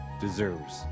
deserves